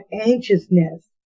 anxiousness